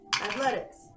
Athletics